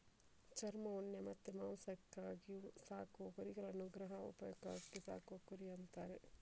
ಚರ್ಮ, ಉಣ್ಣೆ ಮತ್ತೆ ಮಾಂಸಕ್ಕಾಗಿ ಸಾಕುವ ಕುರಿಗಳನ್ನ ಗೃಹ ಉಪಯೋಗಕ್ಕಾಗಿ ಸಾಕುವ ಕುರಿ ಅಂತಾರೆ